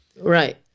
right